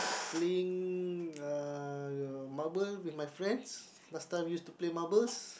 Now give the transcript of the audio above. playing uh the marble with my friends last time used to play marbles